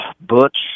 Butch